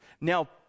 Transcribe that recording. Now